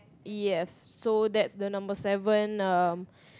ya so that's the number seven um